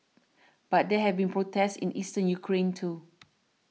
but there have been protests in Eastern Ukraine too